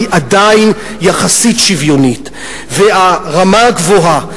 עדיין יחסית שוויונית והרמה גבוהה.